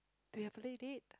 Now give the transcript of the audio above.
do you have a date